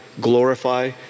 glorify